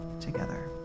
together